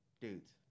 dudes